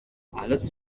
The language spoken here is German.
alles